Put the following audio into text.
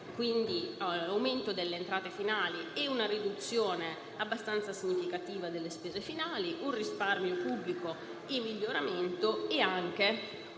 quindi un aumento delle entrate finali, e una riduzione abbastanza significativa delle spese finali; un risparmio pubblico in miglioramento e anche una minore